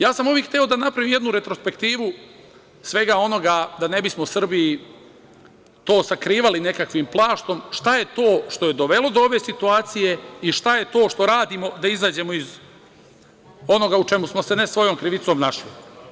Ja sam ovde hteo da napravim jednu retrospektivu svega onoga da ne bismo u Srbiji to sakrivali nekakvim plaštom, šta je to što je dovelo do ove situacije i šta je to što radimo da izađemo iz onoga u čemu smo se ne svojom krivicom našli.